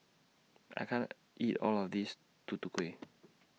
I can't eat All of This Tutu Kueh